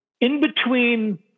In-between